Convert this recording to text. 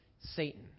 Satan